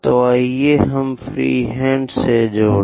तो आइए हम फ्रीहैंड से जुड़ें